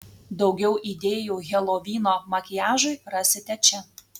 daugiau idėjų helovyno makiažui rasite čia